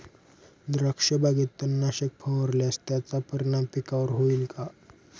द्राक्षबागेत तणनाशक फवारल्यास त्याचा परिणाम पिकावर होईल का?